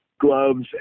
gloves